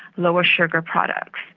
lower sugar products,